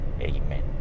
Amen